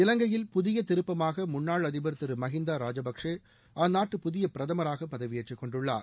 இலங்கையில் புதிய திருப்பமாக முன்னாள் அதிபர் திரு மகிந்தா ராஜபக்ஷே அந்நாட்டு புதிய பிரதமராக பதவியேற்றுக் கொண்டுள்ளார்